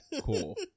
cool